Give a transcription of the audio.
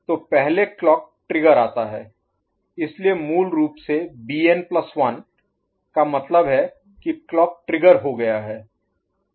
तो पहले clock trigger आता है इसलिए मूल रूप से Bn प्लस 1 Bn1 का मतलब है की क्लॉक ट्रिगर हो गया है